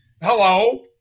hello